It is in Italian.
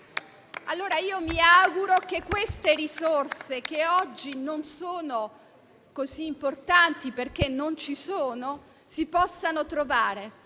Allora io mi auguro che le risorse, che oggi non sono così importanti, perché non ci sono, si possano trovare.